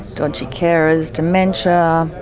dodgy carers, dementia,